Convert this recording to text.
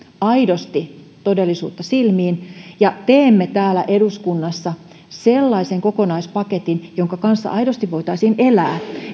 aidosti todellisuutta silmiin ja teemme täällä eduskunnassa sellaisen kokonaispaketin jonka kanssa aidosti voitaisiin elää